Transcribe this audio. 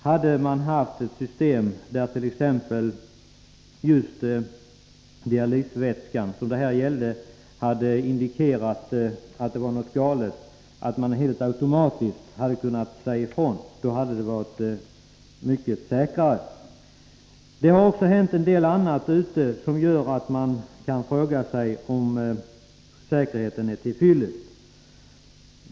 Hade man här haft ett system där dialysvätskan indikerade att det var något galet och där behandlingen automatiskt hade avbrutits, skulle det ha inneburit en större säkerhet. Det har också hänt en del annat som gör att man kan fråga sig om säkerheten är till fyllest.